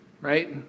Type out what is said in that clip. right